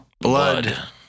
blood